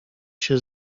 się